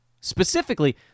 specifically